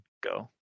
go